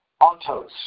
autos